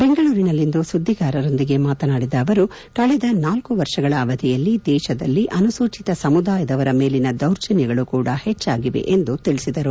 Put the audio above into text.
ಬೆಂಗಳೂರಿನಲ್ಲಿಂದು ಸುದ್ದಿಗಾರರೊಂದಿಗೆ ಮಾತನಾಡಿದ ಅವರು ಕಳೆದ ನಾಲ್ಕು ವರ್ಷಗಳ ಅವಧಿಯಲ್ಲಿ ದೇಶದಲ್ಲಿ ಅನುಸೂಚಿತ ಸಮುದಾಯದವರ ಮೇಲಿನ ದೌರ್ಜನ್ನಗಳು ಕೂಡಾ ಹೆಚ್ಚಾಗಿವೆ ಎಂದು ತಿಳಿಸಿದರು